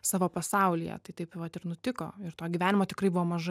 savo pasaulyje tai taip vat ir nutiko ir to gyvenimo tikrai buvo mažai